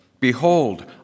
Behold